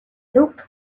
looked